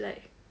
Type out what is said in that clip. like